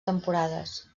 temporades